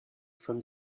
from